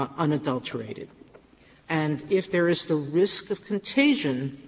um unadulterated and if there is the risk of contagion,